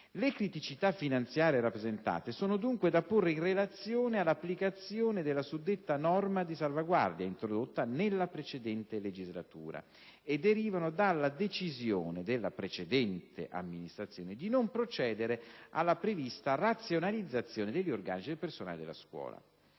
Le criticità finanziarie rappresentate sono dunque da porre in relazione all'applicazione della suddetta norma di salvaguardia, introdotta nella precedente legislatura, e derivano dalla decisione della precedente amministrazione di non procedere alla prevista razionalizzazione degli organici del personale della scuola.